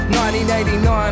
1989